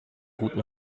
guten